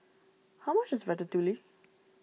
how much is Ratatouille